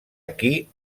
aquí